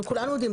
כולנו יודעים,